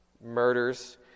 murders